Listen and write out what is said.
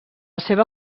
seva